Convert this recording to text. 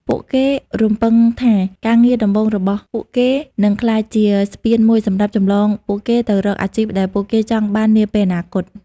ពួកគេរំពឹងថាការងារដំបូងរបស់ពួកគេនឹងក្លាយជា ស្ពានមួយសម្រាប់ចម្លងពួកគេទៅរកអាជីពដែលពួកគេចង់បាននាពេលអនាគត។